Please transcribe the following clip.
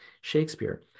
Shakespeare